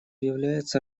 является